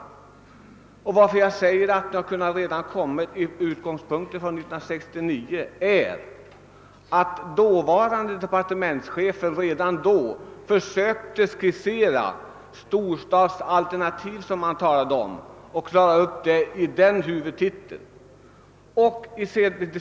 Anledningen till att jag säger att ni redan 1969 kunde ha kommit härmed är att dåvarande departementschefen redan då försökte skissera de storstadsalternativ som han talade om i sin huvudtitel.